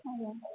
ଆଜ୍ଞା